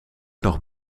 nog